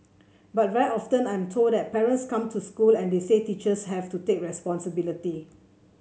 but very often I am told that parents come to school and they say teachers have to take responsibility